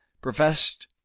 professed